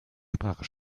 sprache